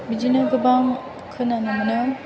बिदिनो गोबां खोनानो मोनो